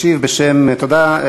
תודה,